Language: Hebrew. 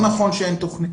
לא נכון שאין תכנית.